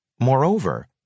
Moreover